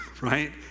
right